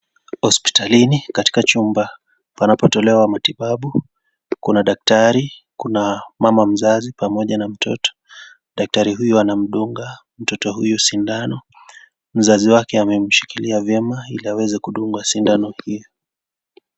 Hospitalini katika chumba panapatolewa wa matibabu kuna daktari, kuna mama mzazi pamoja na mtoto. Daktari huyu anamudunga mtoto huyu sindano. Mzazi wakie amemshikili vyema ila weweze kudunga sindano iyo.